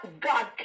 God